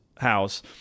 house